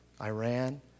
Iran